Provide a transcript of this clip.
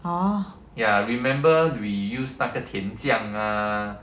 orh